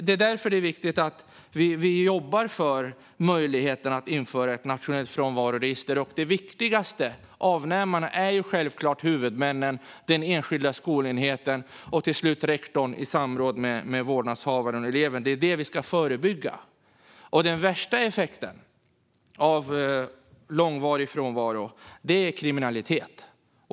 Därför är det viktigt att vi jobbar för möjligheten att införa ett nationellt frånvaroregister. De viktigaste avnämarna är givetvis huvudmännen, den enskilda skolenheten och rektorn i samråd med vårdnadshavaren och eleven. Det handlar om att förebygga. Fru talman! Den värsta effekten av långvarig frånvaro är kriminalitet.